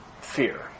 fear